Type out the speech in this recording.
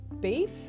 beef